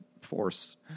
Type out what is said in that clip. force